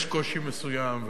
יש קושי מסוים,